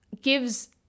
gives